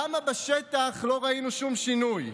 למה בשטח לא ראינו שום שינוי?